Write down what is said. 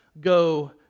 go